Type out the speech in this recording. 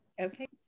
Okay